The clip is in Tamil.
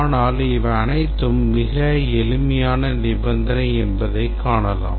ஆனால் இவை அனைத்தும் மிக எளிமையான நிபந்தனை என்பதை காணலாம்